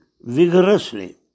vigorously